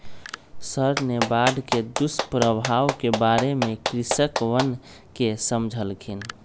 sir ने बाढ़ के दुष्प्रभाव के बारे में कृषकवन के समझल खिन